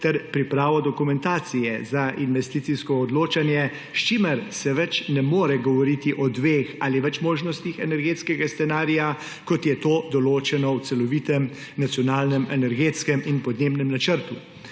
ter pripravo dokumentacije za investicijsko odločanje, s čimer se več ne more govoriti o dveh ali več možnostih energetskega scenarija, kot je to določeno v celovitem Nacionalnem energetskem in podnebnem načrtu.